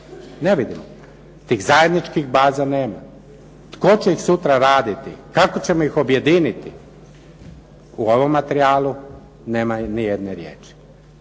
Ne vidimo. Tih zajedničkih baza nema. Tko će ih sutra raditi? Kako ćemo ih objediniti? U ovom materijalu nemaju ni jedne riječi.